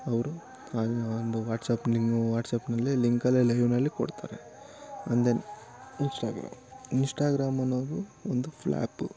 ಅವರು ಆ ಒಂದು ವಾಟ್ಸ್ಆ್ಯಪ್ನಿನ್ನೂ ವಾಟ್ಸ್ಆ್ಯಪ್ನಲ್ಲಿ ಲಿಂಕಲ್ಲೇ ಲೈವ್ನಲ್ಲಿ ಕೊಡ್ತಾರೆ ಅನ್ ದೆನ್ ಇನ್ಷ್ಟಾಗ್ರಾಮ್ ಇನ್ಷ್ಟಾಗ್ರಾಮ್ ಅನ್ನೋದು ಒಂದು ಫ್ಲ್ಯಾಪು